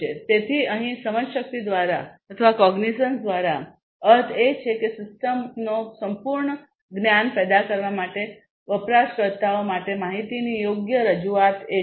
તેથી અહીં સમજશક્તિ દ્વારા અર્થ એ છે કે સિસ્ટમનો સંપૂર્ણ જ્ જ્ઞાન પેદા કરવા માટે વપરાશકર્તાઓ માટે માહિતીની યોગ્ય રજૂઆત એ છે